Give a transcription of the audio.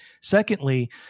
Secondly